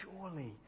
surely